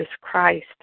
Christ